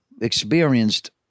experienced